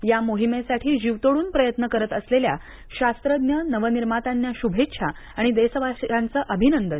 या मोहीमेसाठी जीव तोडून प्रयत्न करत असलेल्या शास्त्रज्ञ नवनिर्मात्यांना शुभेच्छा आणि देशवासियांचे अभिनंदन